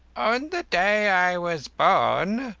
on the day i was born,